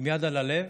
עם יד על הלב,